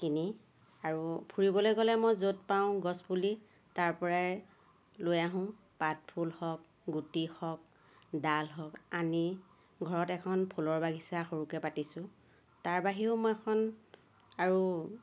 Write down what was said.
কিনি আৰু ফুৰিবলৈ গ'লে মই য'ত পাওঁ গছ পুলি তাৰ পৰাই লৈ আহোঁ পাতফুল হওঁক গুটি হওঁক ডাল হওঁক আনি ঘৰত এখন ফুলৰ বাগিছা সৰুকৈ পাতিছোঁ তাৰ বাহিৰেও মই এখন আৰু